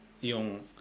yung